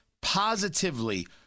positively